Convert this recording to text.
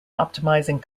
optimizing